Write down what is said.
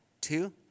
Two